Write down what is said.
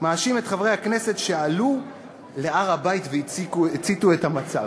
מאשים את חברי הכנסת שעלו להר-הבית והציתו את המצב.